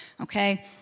okay